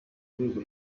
rwego